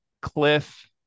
Cliff